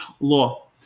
law